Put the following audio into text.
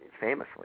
famously